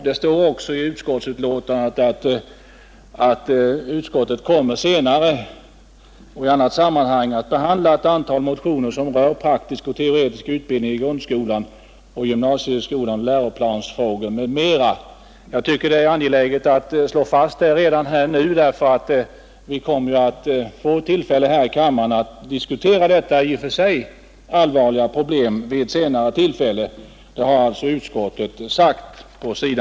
Det står också i utskottsbetänkandet att utskottet ”kommer i ett senare sammanhang att behandla ett antal motioner som rör praktisk och teoretisk utbildning i grundskolan och gymnasieskolan, läroplansfrågor m.m.” Från centern har vi motioner i detta ämne. Jag tycker det är angeläget att framhålla redan nu att vi kommer att få tillfälle att här i kammaren diskutera detta i och för sig allvarliga problem vid ett senare tillfälle.